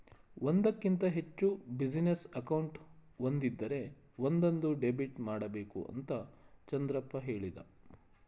ಒಂದಕ್ಕಿಂತ ಹೆಚ್ಚು business account ಒಂದಿದ್ದರೆ ಒಂದೊಂದು ಡೆಬಿಟ್ ಮಾಡಬೇಕು ಅಂತ ಚಂದ್ರಪ್ಪ ಹೇಳಿದ